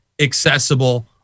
accessible